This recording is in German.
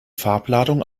farbladung